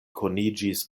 koniĝis